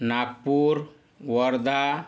Nagpur Wardha